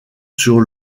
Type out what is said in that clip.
sur